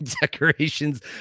decorations